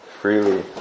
freely